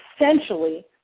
essentially